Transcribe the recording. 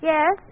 Yes